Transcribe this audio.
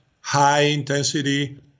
high-intensity